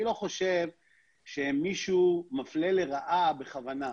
אני לא חושב שמישהו מפלה לרעה בכוונה,